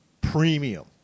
premium